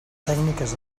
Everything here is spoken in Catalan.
tècniques